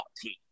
team